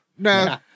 No